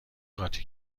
قاطی